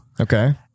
Okay